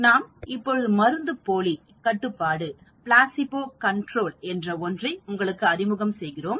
நாம் இப்பொழுது மருந்துப்போலி கட்டுப்பாடு என்ற ஒன்றை உங்களுக்கு அறிமுகம் செய்கிறோம்